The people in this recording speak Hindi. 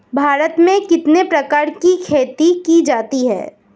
भारत में कितने प्रकार की खेती की जाती हैं?